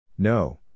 No